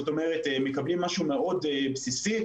כלומר מקבלים משהו מאוד בסיסי,